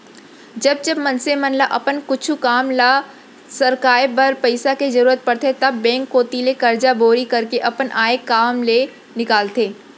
जब जब मनसे मन ल अपन कुछु काम ल सरकाय बर पइसा के जरुरत परथे तब बेंक कोती ले करजा बोड़ी करके अपन आय काम ल निकालथे